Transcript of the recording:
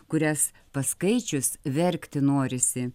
kurias paskaičius verkti norisi